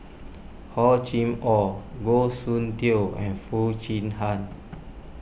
Hor Chim or Goh Soon Tioe and Foo Chee Han